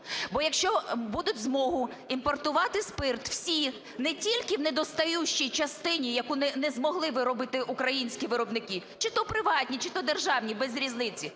Бо якщо будуть змогу імпортувати спирт всі, не тільки у недостающій частині, яку не змогли виробити українські виробники, чи то приватні, чи то державні – без різниці,